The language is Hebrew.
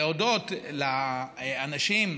להודות לאנשים,